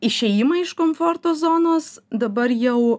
išėjimą iš komforto zonos dabar jau